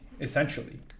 essentially